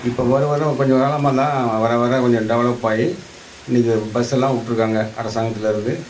இப்போ வர வர கொஞ்சம் காலமாக தான் வர வர கொஞ்சம் டெவலப் ஆய் இன்றைக்கி பஸ் எல்லாம் விட்டுருக்காங்க அரசாங்கத்துலேருந்து